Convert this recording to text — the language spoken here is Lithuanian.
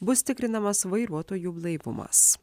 bus tikrinamas vairuotojų blaivumas